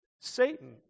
Satan